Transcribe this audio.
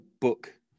book